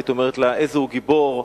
היית אומרת לה: איזהו גיבור,